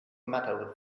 matter